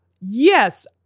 yes